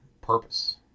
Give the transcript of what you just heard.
purpose